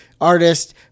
artist